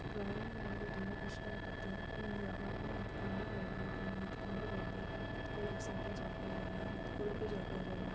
ಪ್ರಯಾಣ ಮಾಡಲು ತುಂಬ ಕಷ್ಟ ಆಗುತ್ತೆ ಇಲ್ಲಿ ಯಾವಾಗಲೂ ನಿಂತುಕೊಂಡೆ ಹೋಗಬೇಕು ನಿಂತುಕೊಂಡೆ ಬರಬೇಕು ಕೂತ್ಕೊಳ್ಳೋಕೂ ಸಹಿತ ಜಾಗ ಇರೋಲ್ಲ ನಿತ್ಕೊಳೋಕೂ ಜಾಗ ಇರೋಲ್ಲ